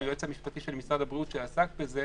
היועץ המשפטי של משרד הבריאות שעסק בזה.